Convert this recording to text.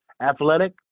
athletic